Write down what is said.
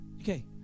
Okay